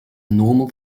normal